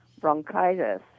bronchitis